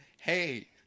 hey